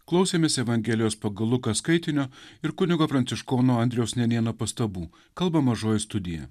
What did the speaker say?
klausėmės evangelijos pagal luką skaitinio ir kunigo pranciškono andriaus nenėno pastabų kalba mažoji studija